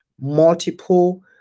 multiple